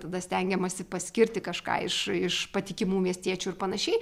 tada stengiamasi paskirti kažką iš iš patikimų miestiečių ir panašiai